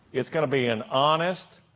it's going to be an honest,